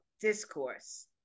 discourse